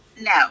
No